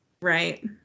right